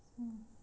mm